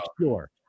sure